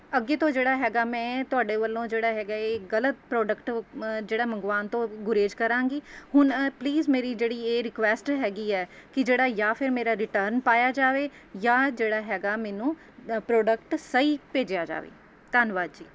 ਅੱਗੇ ਤੋਂ ਜਿਹੜਾ ਹੈਗਾ ਮੈਂ ਤੁਹਾਡੇ ਵੱਲੋਂ ਜਿਹੜਾ ਹੈਗਾ ਏ ਗਲਤ ਪ੍ਰੋਡਕਟ ਜਿਹੜਾ ਮੰਗਵਾਉਣ ਤੋਂ ਗੁਰੇਜ਼ ਕਰਾਂਗੀ ਹੁਣ ਪਲੀਜ਼ ਮੇਰੀ ਜਿਹੜੀ ਇਹ ਰਿਕੁਐਸਟ ਹੈਗੀ ਹੈ ਕਿ ਜਿਹੜਾ ਜਾਂ ਫਿਰ ਮੇਰਾ ਰਿਟਰਨ ਪਾਇਆ ਜਾਵੇ ਜਾਂ ਜਿਹੜਾ ਹੈਗਾ ਮੈਨੂੰ ਪ੍ਰੋਡਕਟ ਸਹੀ ਭੇਜਿਆ ਜਾਵੇ ਧੰਨਵਾਦ ਜੀ